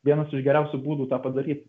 vienas iš geriausių būdų tą padaryt